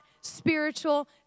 spiritual